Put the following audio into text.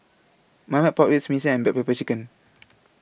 Marmite Pork Ribs Mee Siam and Black Pepper Chicken